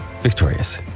victorious